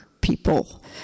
people